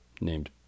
named